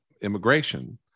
immigration